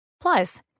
Plus